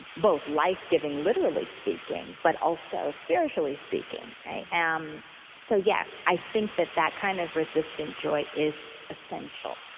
both life-giving, literally speaking, but also, spiritually speaking. ah um so yes, i think that that kind of resistant joy is essential.